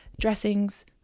dressings